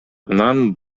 анан